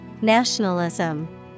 Nationalism